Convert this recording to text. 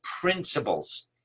principles